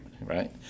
right